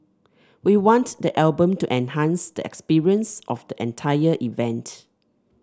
we want the album to enhance the experience of the entire event